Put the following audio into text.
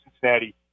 Cincinnati